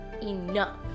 Enough